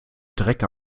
dreck